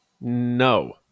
No